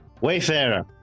Wayfarer